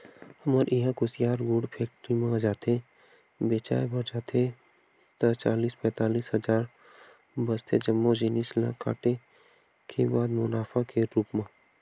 हमर इहां कुसियार गुड़ फेक्टरी म जाथे बेंचाय बर जाथे ता चालीस पैतालिस हजार बचथे जम्मो जिनिस ल काटे के बाद मुनाफा के रुप म